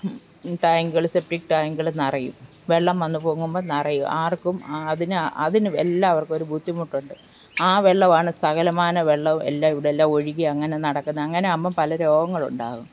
ടാങ്കുകൾ സെപ്റ്റിക് ടാങ്കുകൾ നിറയും വെള്ളം വന്നു പൊങ്ങുമ്പോൾ നിറയും ആർക്കും അതിന് അതിന് എല്ലാവർക്കും ഒരു ബുദ്ധിമുട്ടുണ്ട് ആ വെള്ളം ആണ് സകലമാന വെള്ളം എല്ലാം ഇവിടെ എല്ലാം ഒഴുകി അങ്ങനെ നടക്കുന്നത് അങ്ങനെ ആകുമ്പോൾ പല രോഗങ്ങളുണ്ടാകും